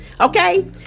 Okay